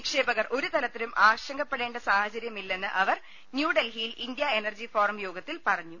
നിക്ഷേപകർ ഒരു തര ത്തിലും ആശങ്കപ്പെടേണ്ട സാഹചര്യമില്ലെന്ന് അവർ ന്യൂഡൽഹിയിൽ ഇന്ത്യ എനർജി ഫോറം യോഗത്തിൽ പറ ഞ്ഞു